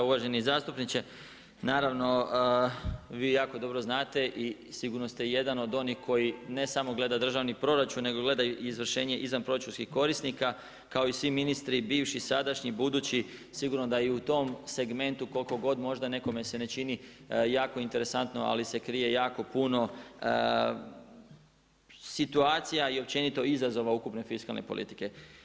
Uvaženi zastupniče, naravno, vi jako dobro znate i sigurno ste jedan od onih koji ne samo gleda državni proračun, nego gleda izvršenje izvanproračunskih korisnika, kao i svi ministri, bivši, sadašnji, budući, sigurno da i u tom segmentu, koliko god se možda nekome se ne čini, jako interesantno ali se krije jako puno situacija i općenito izazova ukupne fiskalne politike.